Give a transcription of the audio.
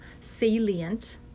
salient